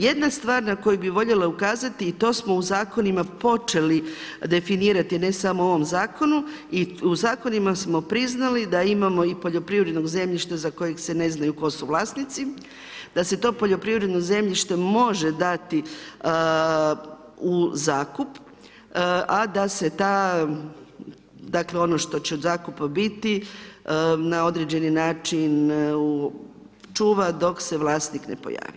Jedna stvar na koju bi voljela ukazati i to smo u zakonima i počeli definirati ne samo u ovom zakonu i u zakonima smo priznali da imamo i poljoprivrednog zemljišta za kojeg se ne znaju tko su vlasnici, da se to poljoprivredno zemljište može dati u zakup, a da se ta dakle ono što će od zakupa biti na određeni način čuva dok se vlasnik ne pojavi.